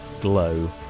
glow